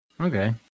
okay